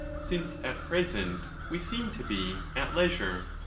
since at present we seem to be at leisure.